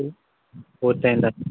పూర్తయిందా